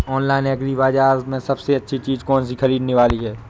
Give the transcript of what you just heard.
Online agri बाजार में सबसे अच्छी चीज कौन सी ख़रीदने वाली है?